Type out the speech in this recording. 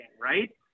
right